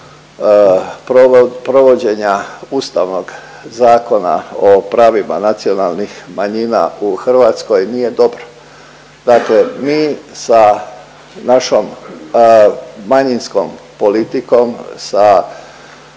provođenja Ustavnog zakona o pravima nacionalnih manjina u Hrvatskoj nije dobro. Dakle, mi sa našom manjinskom politikom, sa